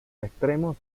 extremos